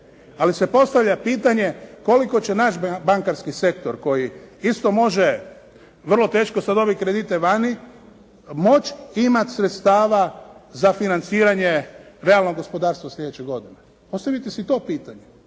ali se postavlja pitanje koliko će naš bankarski sektor koji isto može vrlo teško se dobije kredite vani, moći imat sredstava za financiranje realnog gospodarstva sljedeće godine. Postavite si to pitanje.